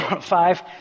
five